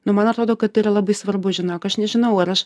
nu man atrodo kad tai yra labai svarbu žinok aš nežinau ar aš